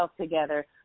together